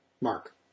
Mark